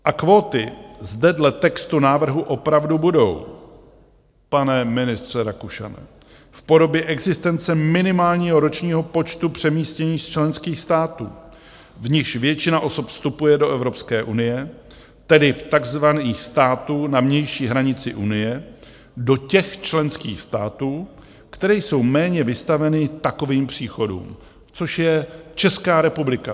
A kvóty zde dle textu návrhu opravdu budou, pane ministře Rakušane, v podobě existence minimálního ročního počtu přemístění z členských států, v nichž většina osob vstupuje do Evropské unie, tedy takzvaných států na vnější hranici Unie, do těch členských států, které jsou méně vystaveny takovým příchodům, což je Česká republika.